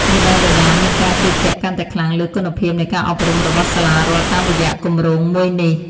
មាតាបិតាមានការជឿជាក់កាន់តែខ្លាំងលើគុណភាពនៃការអប់រំរបស់សាលារដ្ឋតាមរយៈគម្រោងមួយនេះ។